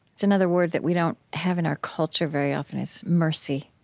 it's another word that we don't have in our culture very often. it's mercy.